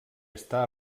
està